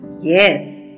Yes